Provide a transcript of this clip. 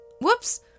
whoops